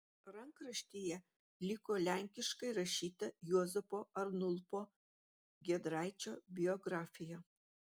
rankraštyje liko lenkiškai rašyta juozapo arnulpo giedraičio biografija